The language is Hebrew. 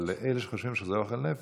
אבל אלה שחושבים שזה "אוכל נפש",